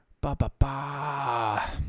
Ba-ba-ba